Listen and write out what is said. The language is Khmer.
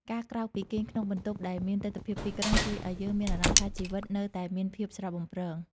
ការក្រោកពីគេងក្នុងបន្ទប់ដែលមានទិដ្ឋភាពទីក្រុង ជួយឱ្យយើងមានអារម្មណ៍ថាជីវិតនៅតែមានភាពស្រស់បំព្រង។